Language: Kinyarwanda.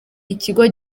ikigo